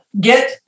get